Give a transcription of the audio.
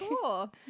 Cool